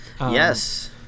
Yes